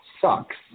sucks